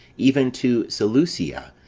even to seleucia,